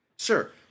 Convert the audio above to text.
Sure